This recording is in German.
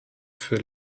für